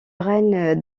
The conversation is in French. règne